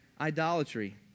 idolatry